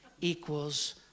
equals